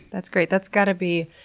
that's great! that's gotta be.